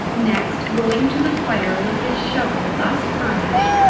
next, going to the fire with his shovel thus furnished,